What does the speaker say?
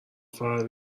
فقط